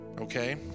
Okay